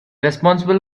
responsible